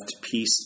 peace